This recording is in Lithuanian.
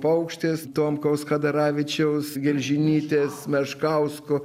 paukštės tomkaus chadaravičiaus gelžinytės meškausko